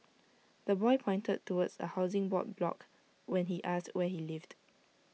the boy pointed towards A Housing Board block when asked where he lived